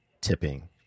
tipping